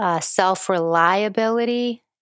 self-reliability